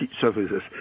services